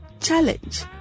Challenge